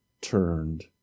turned